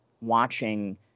Watching